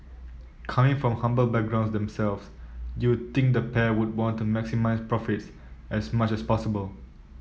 coming from humble backgrounds themselves you'd think the pair would want to maximise profits as much as possible